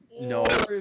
No